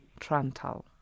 Trantal